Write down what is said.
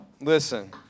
Listen